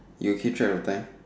you keep track of time